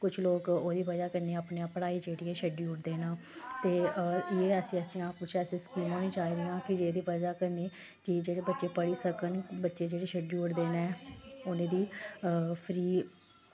कुछ लोग ओह्दी बजह् कन्नै अपनी पढ़ाई जेह्ड़ी ऐ छड्डी ओड़दे न ते एह् ऐसियां ऐसियां किश ऐसियां स्कीमां होनियां चाहिदियां कि जेह्दी बजह् कन्नै कि जेह्ड़े बच्चे पढ़ी सकन बच्चे जेह्ड़े छड्डी ओड़दे न उ'नेंगी फ्री